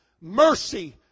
Mercy